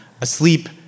asleep